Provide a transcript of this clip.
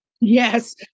Yes